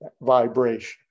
vibration